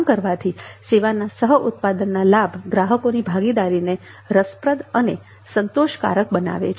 આમ કરવાથી સેવાના સહ ઉત્પાદનના લાભ ગ્રાહકોની ભાગીદારીને રસપ્રદ અને સંતોષકારક બનાવે છે